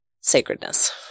sacredness